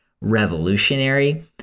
revolutionary